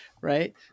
right